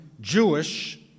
Jewish